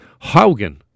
Haugen